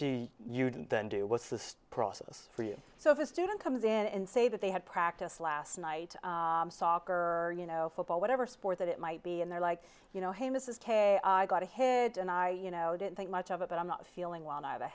for you so if a student comes in and say that they had practice last night soccer you know football whatever sport that it might be and they're like you know hey mrs hey i got a head and i you know didn't think much of it but i'm not feeling well and i have a